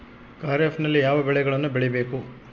ಖಾರೇಫ್ ನಲ್ಲಿ ಯಾವ ಬೆಳೆಗಳನ್ನು ಬೆಳಿಬೇಕು?